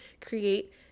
create